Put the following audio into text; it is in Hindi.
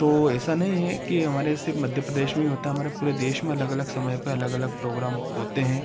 तो ऐसा नहीं है कि हमारे सिर्फ मध्य प्रदेश में ही होता है हमारे पूरे देश में अलग अलग समय पर अलग अलग प्रोग्राम होते हैं